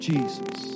Jesus